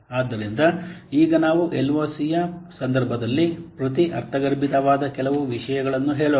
ಆದ್ದರಿಂದ ಈಗ ನಾವು LOC ಯ ಸಂದರ್ಭದಲ್ಲಿ ಪ್ರತಿ ಅರ್ಥಗರ್ಭಿತವಾದ ಕೆಲವು ವಿಷಯಗಳನ್ನು ಹೇಳೋಣ